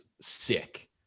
sick